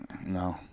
no